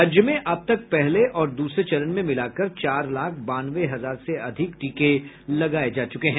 राज्य में अब तक पहले और दूसरे चरण में मिलाकर चार लाख बानवे हजार से अधिक टीके दिये जा चुके हैं